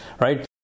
right